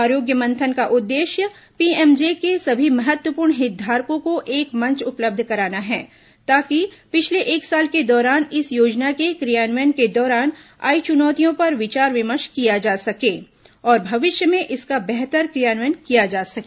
आरोग्य मंथन का उद्देश्य पीएमजे के सभी महत्वपूर्ण हितधारकों को एक मंच उपलब्ध कराना है ताकि पिछले एक साल के दौरान इस योजना के क्रियान्वयन के दौरान आई चुनौतियों पर विचार विमर्श किया जा सके और भविष्य में इसका बेहतर क्रियान्वयन किया जा सके